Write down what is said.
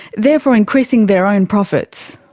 therefore increasing their own profits.